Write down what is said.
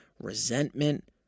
resentment